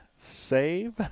save